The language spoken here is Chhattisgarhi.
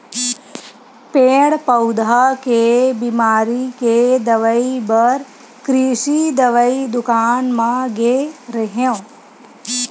पेड़ पउधा के बिमारी के दवई बर कृषि दवई दुकान म गे रेहेंव